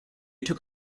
took